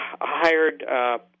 hired